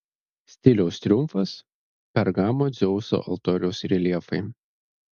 stiliaus triumfas pergamo dzeuso altoriaus reljefai